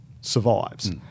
survives